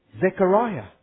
Zechariah